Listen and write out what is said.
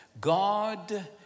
God